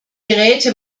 geräte